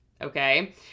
okay